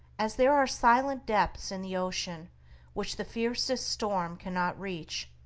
as there are silent depths in the ocean which the fiercest storm cannot reach,